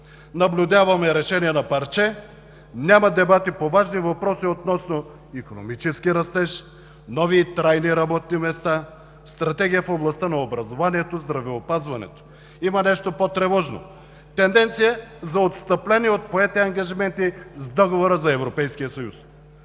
Наблюдаваме решения на парче. Няма дебати по важни въпроси относно икономически растеж, нови и трайни работни места, стратегия в областта на образованието, здравеопазването. Има нещо по-тревожно. Тенденция за отстъпление от поети ангажименти с Договора за Европейския съюз.